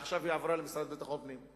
עכשיו היא עברה למשרד לביטחון הפנים.